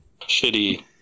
shitty